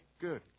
good